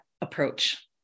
approach